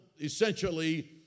essentially